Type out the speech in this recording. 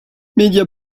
media